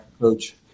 coach